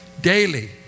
daily